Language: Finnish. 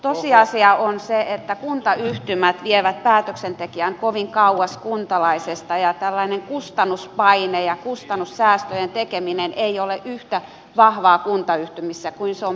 tosiasia on se että kuntayhtymät vievät päätöksentekijän kovin kauas kuntalaisesta ja tällainen kustannuspaine ja kustannussäästöjen tekeminen ei ole yhtä vahvaa kuntayhtymissä kuin se on peruskunnissa